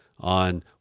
on